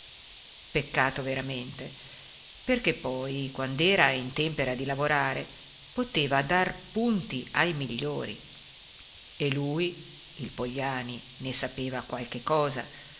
peccato veramente perché poi quand'era in tempera di lavorare poteva dar punti ai migliori e lui il pogliani ne sapeva qualche cosa